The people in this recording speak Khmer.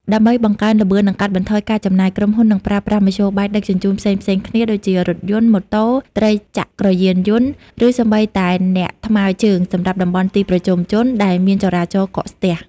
ដើម្បីបង្កើនល្បឿន និងកាត់បន្ថយការចំណាយ ក្រុមហ៊ុននឹងប្រើប្រាស់មធ្យោបាយដឹកជញ្ជូនផ្សេងៗគ្នា ដូចជារថយន្ត ម៉ូតូ ត្រីចក្រយានយន្ត ឬសូម្បីតែអ្នកថ្មើរជើងសម្រាប់តំបន់ទីប្រជុំជនដែលមានចរាចរណ៍កកស្ទះ។